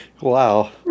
Wow